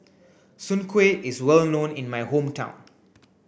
Soon Kuih is well known in my hometown